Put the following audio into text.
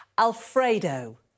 Alfredo